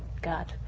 god.